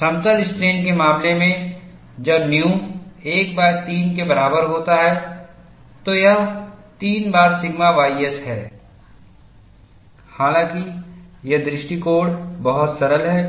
समतल स्ट्रेन के मामले में जब nu 13 के बराबर होता है तो यह 3 बार सिग्मा ys है हालांकि यह दृष्टिकोण बहुत सरल है